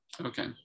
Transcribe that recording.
Okay